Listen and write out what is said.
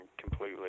completely